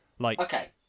Okay